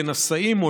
כנשאים,